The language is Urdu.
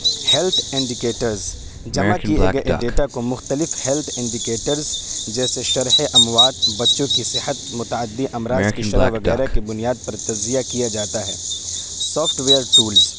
ہیلتھ انڈکیٹرز جمع کئے گئے ڈیٹا کو مختلف ہیلتھ انڈکیٹرز جیسے شرح اموات بچوں کی صحت متعدی امراض کی شرح وغیرہ کی بنیاد پر تجزیہ کیا جاتا ہے سافٹویئر ٹولز